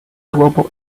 global